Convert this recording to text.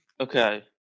Okay